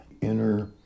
inner